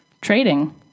trading